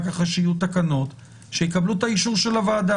אחרי שיהיו תקנות שיקבלו את האישור של הוועדה.